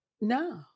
No